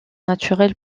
naturelle